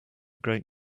great